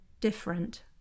different